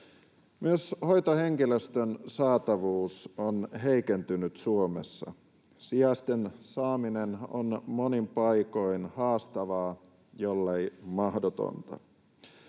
Myös hoitohenkilöstön saatavuus on heikentynyt Suomessa. Sijaisten saaminen on monin paikoin haastavaa, jollei mahdotonta.